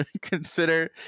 consider